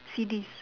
C_Ds